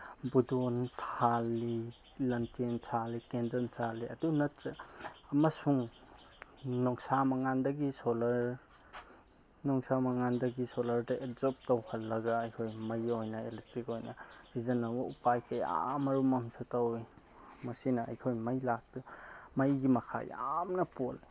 ꯕꯨꯗꯣꯟ ꯊꯥꯜꯂꯤ ꯂꯥꯟꯇꯦꯟ ꯊꯥꯜꯂꯤ ꯀꯦꯟꯗꯜ ꯊꯥꯜꯂꯤ ꯑꯗꯨ ꯅꯠꯇ꯭ꯔꯦ ꯑꯃꯁꯨꯡ ꯅꯨꯡꯁꯥ ꯃꯉꯥꯜꯗꯒꯤ ꯁꯣꯂꯔ ꯅꯨꯡꯁꯥ ꯃꯉꯥꯜꯗꯒꯤ ꯁꯣꯂꯔꯗ ꯑꯦꯞꯖꯣꯔꯞ ꯇꯧꯍꯜꯂꯒ ꯑꯩꯈꯣꯏ ꯃꯩ ꯑꯣꯏꯅ ꯑꯦꯂꯦꯛꯇ꯭ꯔꯤꯛ ꯑꯣꯏꯅ ꯁꯤꯖꯤꯟꯅꯕ ꯎꯄꯥꯏ ꯀꯌꯥ ꯃꯔꯨꯝ ꯑꯃꯁꯨ ꯇꯧꯋꯤ ꯃꯁꯤꯅ ꯑꯩꯈꯣꯏ ꯃꯩ ꯃꯩꯒꯤ ꯃꯈꯥ ꯌꯥꯝꯅ ꯄꯣꯜꯂꯤ